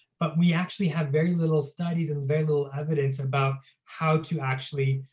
but we actually have very little studies and very little evidence about how to actually